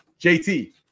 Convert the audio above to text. JT